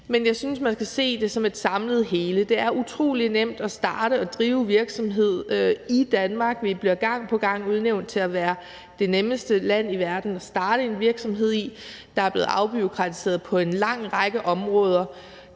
men jeg synes, man skal se det som et samlet hele. Det er utrolig nemt at starte og drive virksomhed i Danmark – vi bliver gang på gang udnævnt til at være det nemmeste land i verden at starte en virksomhed i; der er blevet afbureaukratiseret på en lang række områder.